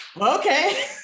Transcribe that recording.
okay